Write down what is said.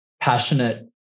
passionate